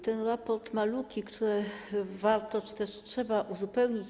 Ten raport ma luki, które warto czy też trzeba uzupełnić.